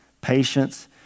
patience